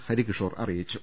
ഹരികിഷോർ അറിയിച്ചു